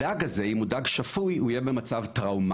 הדג הזה, אם הוא דג שפוי, הוא יהיה במצב טראומטי,